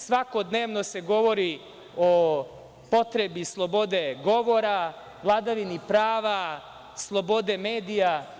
Svakodnevno se govori o potrebi slobode govora, vladavini prava, slobodi medija.